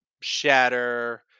shatter